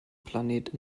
planet